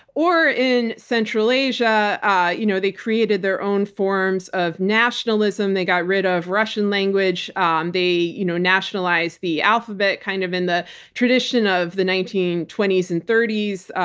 or in central asia-they yeah ah you know created their own forms of nationalism, they got rid of russian language, um they you know nationalized the alphabet kind of in the tradition of the nineteen twenty s and thirty s,